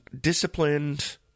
disciplined